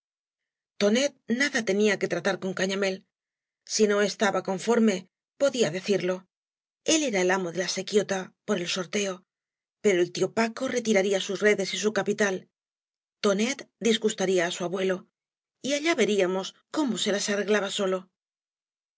nada tenía que tratar con gañamél si no estaba conforme podía decirlo el era el amo de la sequidta por el sorteo pero el tío paco retiraría sus redes y su capital tonet disgustaría á su abuelo y allá veríamos cómo se las arreglaba solo